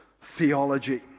theology